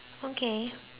okay